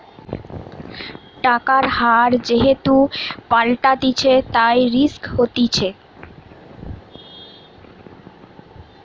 টাকার হার যেহেতু পাল্টাতিছে, তাই রিস্ক হতিছে